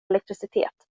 elektricitet